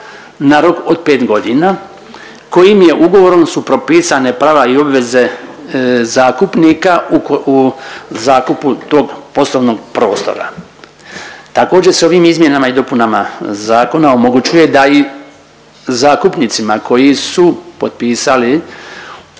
na rok od 5.g., kojim je ugovorom, su propisane prava i obveze zakupnika u zakupu tog poslovnog prostora. Također s ovim izmjenama i dopunama zakona omogućuje da i zakupnicima koji su potpisali